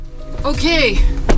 Okay